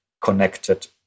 connected